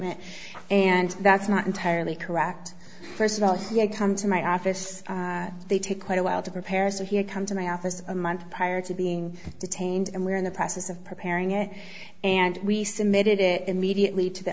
reinstatement and that's not entirely correct first of all he had come to my office they took quite a while to prepare so he had come to my office a month prior to being detained and we're in the process of preparing it and we submitted it immediately to the